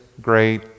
great